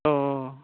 अ